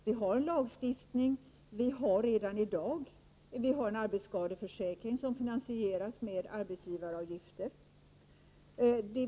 Vi har en lagstiftning, och vi har en arbetsskadeförsäkring som finansieras med arbetsgivaravgifter.